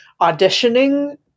auditioning